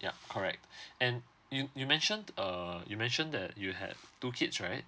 yup correct and you you mentioned err you mentioned that you have two kids right